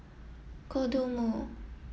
Kodomo